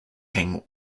king